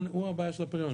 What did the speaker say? הוא הבעיה של הפריון,